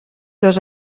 dos